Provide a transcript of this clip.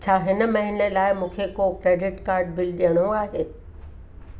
छा हिन महिने लाइ मूंखे को क्रेडिट कार्ड बिल ॾियणो आहे